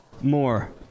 more